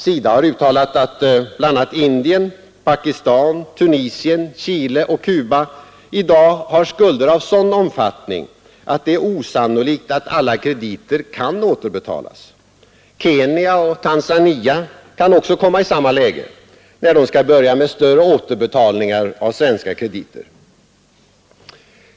SIDA har uttalat att bl.a. Indien, Pakistan, Tunisien, Chile och Cuba i dag har skulder av sådan omfattning att det är osannolikt att alla krediter kan återbetalas. Kenya och Tanzania kan komma i samma läge när de skall börja med större återbetalningar av svenska krediter.